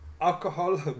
alcohol